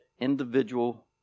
individual